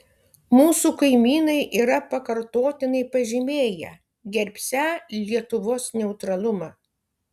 mūsų kaimynai yra pakartotinai pažymėję gerbsią lietuvos neutralumą